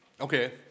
Okay